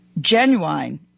genuine –